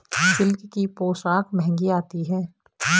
silk की पोशाक महंगी आती है